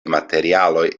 materialoj